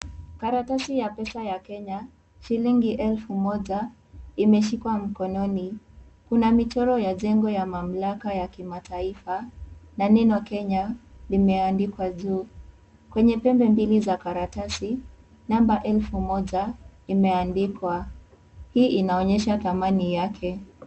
Karatasi ya pesa ya Kenya, shilingi elfu moja, imeshikwa mkononi. Kuna michoro ya jengo ya mamlaka ya kimataifa na neno 'Kenya' limeandikwa juu. Kwenye pembe mbili za karatasi, namba elfu moja imeandikwa. Hii inaonyesha thamani yake.